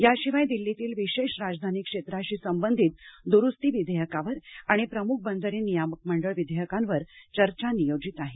याशिवाय दिल्लीतील विशेष राजधानी क्षेत्राशी संबंधित दुरुस्ती विधेयकावर आणि प्रमुख बंदरे नियामक मंडळ विधेयकांवर चर्चा नियोजित आहे